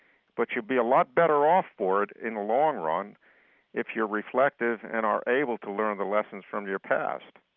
but you'll be a lot better off for it in the long run if you're reflective and are able to learn the lessons from your past